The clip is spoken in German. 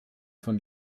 von